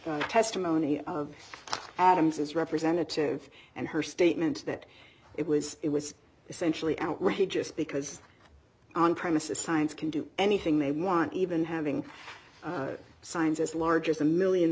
the testimony of adams is representative and her statement that it was it was essentially outrageous because on premises science can do anything they want even having signs as large as a million